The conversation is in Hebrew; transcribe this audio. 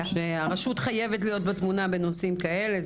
שהרשות חייבת להיות בתמונה בנושאים כאלה.